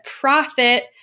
profit